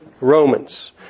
Romans